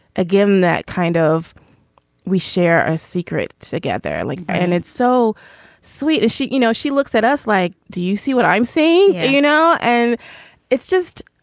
again, that kind of we share a secret together. like and it's so sweet that she you know, she looks at us like, do you see what i'm saying? you know, and it's just